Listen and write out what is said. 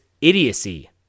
idiocy